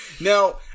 Now